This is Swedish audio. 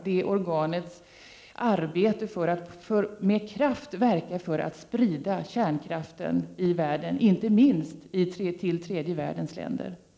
Det organet verkar för att med kraft sprida kärnkraften i världen, inte minst till tredje världens länder.